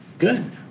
Good